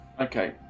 Okay